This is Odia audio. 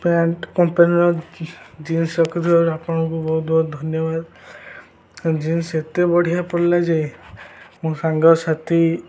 ପ୍ୟାଣ୍ଟ କମ୍ପାନୀର ଜିନ୍ସ ରଖିଥିବାରୁ ଆପଣଙ୍କୁ ବହୁତ ବହୁତ ଧନ୍ୟବାଦ ଜିନ୍ସ ଏତେ ବଢ଼ିଆ ପଡ଼ିଲା ଯେ ମୋ ସାଙ୍ଗସାଥି